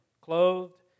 clothed